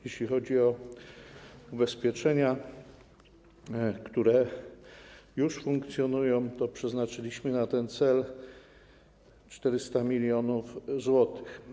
Jeśli chodzi o ubezpieczenia, które już funkcjonują, to przeznaczyliśmy na ten cel 400 mln zł.